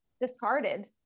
discarded